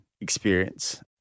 experience